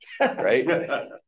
right